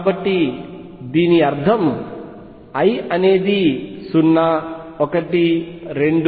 కాబట్టి దీని అర్థం l అనేది 0 1 2